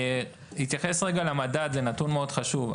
אני אתייחס רגע למדד כי זה נתון מאוד חשוב,